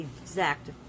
exact